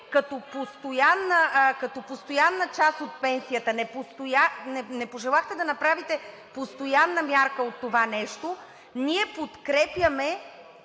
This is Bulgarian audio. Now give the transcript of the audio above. като постоянна част от пенсията, не пожелахте да направите постоянна мярка от това нещо. Ние подкрепяме